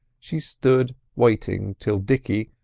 she stood waiting till dicky,